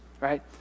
right